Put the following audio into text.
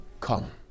come